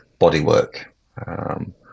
bodywork